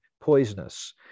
poisonous